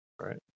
Right